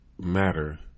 matter